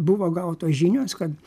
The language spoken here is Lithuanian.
buvo gautos žinios kad